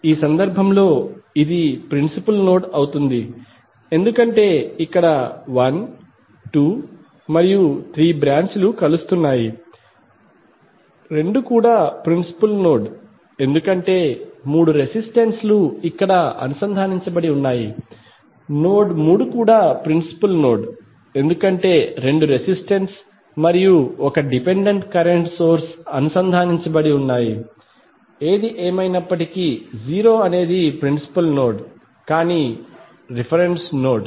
ఈ సందర్భంలో ఇది ప్రిన్సిపుల్ నోడ్ అవుతుంది ఎందుకంటే ఇక్కడ 1 2 మరియు 3 బ్రాంచ్ లు కలుస్తున్నాయి 2 కూడా ప్రిన్సిపుల్ నోడ్ ఎందుకంటే మూడు రెసిస్టెన్స్ లు ఇక్కడ అనుసంధానించబడి ఉన్నాయి నోడ్ 3 కూడా ప్రిన్సిపుల్ నోడ్ ఎందుకంటే రెండు రెసిస్టెన్స్ మరియు 1 డిపెండెంట్ కరెంట్ సోర్స్ అనుసంధానించబడి ఉన్నాయి ఏమైనప్పటికీ 0 అనేది ప్రిన్సిపుల్ నోడ్ కానీ ఇది రిఫరెన్స్ నోడ్